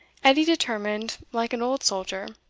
edie determined, like an old soldier,